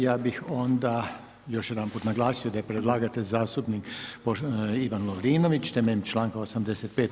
Ja bih onda još jedanput naglasio da je predlagatelj zastupnik Ivan Lovrinović temeljem članka 85.